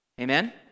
Amen